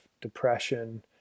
depression